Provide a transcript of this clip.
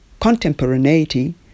contemporaneity